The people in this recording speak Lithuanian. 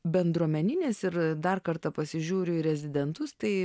bendruomeninis ir dar kartą pasižiūriu į rezidentus tai